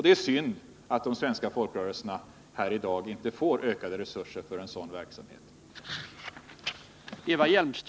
Det är synd att de svenska folkrörelserna här i dag inte får ökade resurser för en sådan verksamhet.